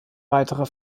weiterer